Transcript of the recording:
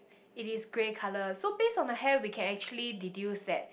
it is grey colour so based on the hair we can actually deduce that